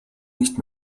nicht